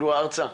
עלו ארצה,